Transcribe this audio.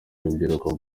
urubyiruko